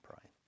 pray